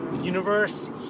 universe